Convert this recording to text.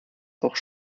auch